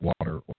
water